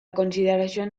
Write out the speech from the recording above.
consideración